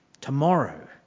tomorrow